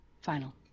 final